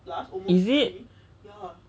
is it